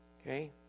Okay